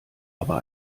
aber